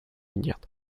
нет